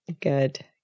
Good